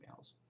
emails